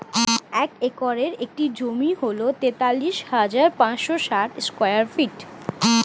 এক একরের একটি জমি হল তেতাল্লিশ হাজার পাঁচশ ষাট স্কয়ার ফিট